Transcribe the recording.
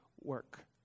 work